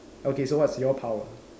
okay so what is your power